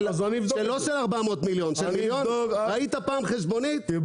לא של 400 מיליון, ראית פעם חשבונית של מיליון?